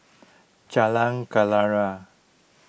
Jalan Kenarah